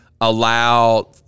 allow—